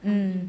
mm